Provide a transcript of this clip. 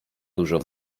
dużo